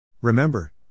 Remember